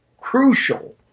crucial